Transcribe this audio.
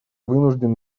вынужден